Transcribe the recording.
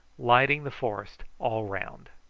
lighting the forest all round.